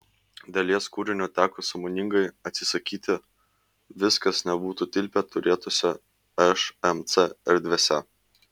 dalies kūrinių teko sąmoningai atsisakyti viskas nebūtų tilpę turėtose šmc erdvėse